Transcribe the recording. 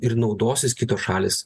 ir naudosis kitos šalys